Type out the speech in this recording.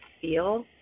feel